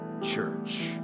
church